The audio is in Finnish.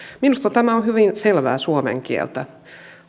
minusta tämä on hyvin selvää suomen kieltä